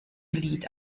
lied